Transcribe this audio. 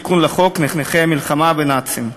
תיקון לחוק נכי המלחמה בנאצים.